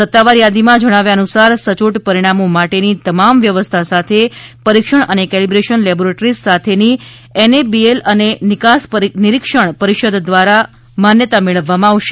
સત્તાવાર યાદીમાં જણાવ્યા અનુસાર સયોટ પરિણામો માટેની તમામ વ્યવસ્થા સાથે પરીક્ષણ અને કેલિબ્રેશન લેબોરેટરીઝ સાથેની એનએબીએલ અને નિકાસ નિરીક્ષણ પરિષદ દ્વારા દ્વારા માન્યતા મેળવવામાં આવશે